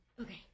Okay